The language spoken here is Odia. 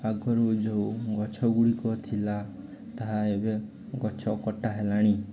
ଆଗରୁ ଯେଉଁ ଗଛ ଗୁଡ଼ିକ ଥିଲା ତାହା ଏବେ ଗଛ କଟା ହେଲାଣି